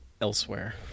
elsewhere